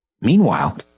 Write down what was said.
Meanwhile